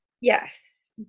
Yes